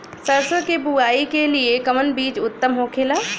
सरसो के बुआई के लिए कवन बिज उत्तम होखेला?